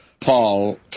Paul